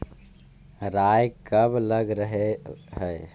राई कब लग रहे है?